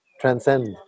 transcend